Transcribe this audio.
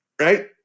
right